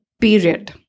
period